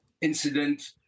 incident